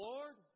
Lord